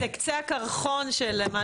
זה קצה הקרחון של מה שצריך.